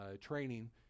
training